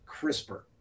CRISPR